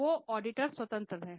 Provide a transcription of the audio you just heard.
तो वह ऑडिटर स्वतंत्र है